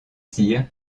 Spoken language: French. cyr